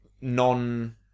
non